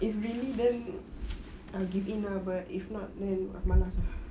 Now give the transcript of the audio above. if really then I'll give in ah but if not then malas ah